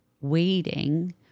waiting